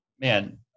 man